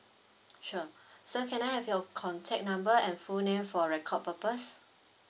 sure sir can I have your contact number and full name for record purpose